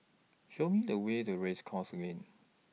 Show Me The Way to Race Course Lane